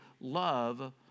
love